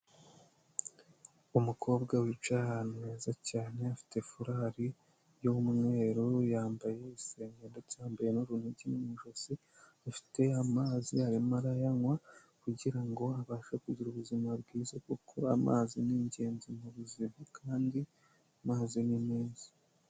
Umukobwa wicaye ahantu heza cyane afite furari y'umweru, yambaye isengeri ndetse yambaye n'urunigi mu ijosi, afite amazi arimo arayanywa kugira ngo abashe kugira ubuzima bwiza kuko amazi ni ingenzi mu buzima kandi amazi ni meza.